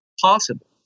possible